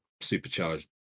supercharged